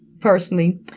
personally